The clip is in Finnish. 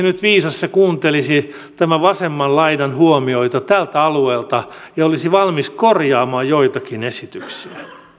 nyt viisas se kuuntelisi tämän vasemman laidan huomioita tältä alueelta ja olisi valmis korjaamaan joitakin esityksiä